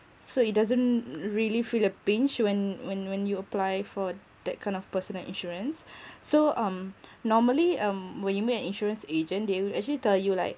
so it doesn't really feel the pinch when when when you apply for that kind of personal insurance so um normally um when you meet an insurance agent they will actually tell you like